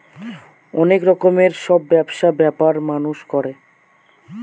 অনেক রকমের সব ব্যবসা ব্যাপার মানুষ করে